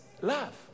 love